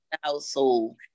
household